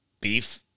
beef